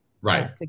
Right